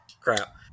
crap